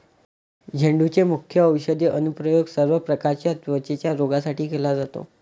झेंडूचे मुख्य औषधी अनुप्रयोग सर्व प्रकारच्या त्वचेच्या रोगांसाठी केला जातो